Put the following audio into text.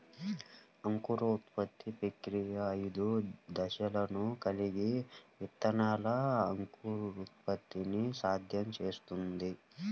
అంకురోత్పత్తి ప్రక్రియ ఐదు దశలను కలిగి విత్తనాల అంకురోత్పత్తిని సాధ్యం చేస్తుంది